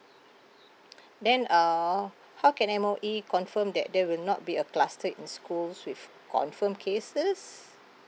then uh how can M_O_E confirm that there will not be a cluster in schools with confirm cases